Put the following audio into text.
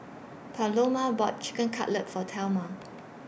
Paloma bought Chicken Cutlet For Thelma